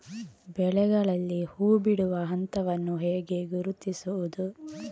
ಬೆಳೆಗಳಲ್ಲಿ ಹೂಬಿಡುವ ಹಂತವನ್ನು ಹೇಗೆ ಗುರುತಿಸುವುದು?